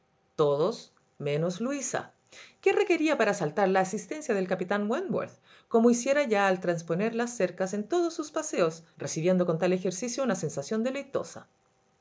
todos menos luisa que requería para saltar la asistencia del capitán wentworth como hiciera ya al trasponer las cercas en todos sus paseos recibiendo con tal ejercicio una sensación deleitosa